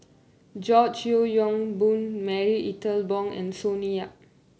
George Yeo Yong Boon Marie Ethel Bong and Sonny Yap